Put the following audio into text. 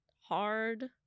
hard